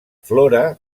flora